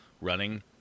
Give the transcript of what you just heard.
running